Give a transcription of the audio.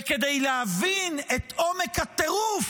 כדי להבין את עומק הטירוף,